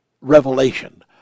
revelation